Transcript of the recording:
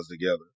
together